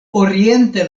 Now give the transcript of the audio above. oriente